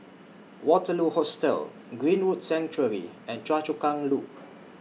Waterloo Hostel Greenwood Sanctuary and Choa Chu Kang Loop